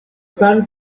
sun